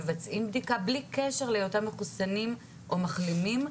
מבצעים בדיקה בלי קשר להיותם מחוסנים או מחלימים,